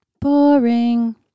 Boring